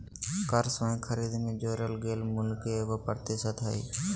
कर स्वयं खरीद में जोड़ल गेल मूल्य के एगो प्रतिशत हइ